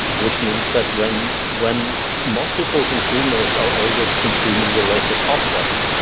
which means that when when multiple consumers are always consuming the latest offsets,